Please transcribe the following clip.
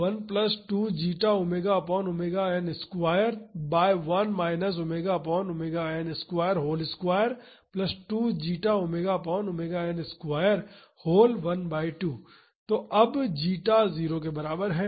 तो जब जीटा 0 के बराबर है